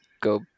go